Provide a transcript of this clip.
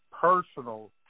personal